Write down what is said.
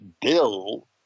bill